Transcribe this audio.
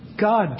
God